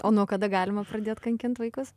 o nuo kada galima pradėt kankint vaikus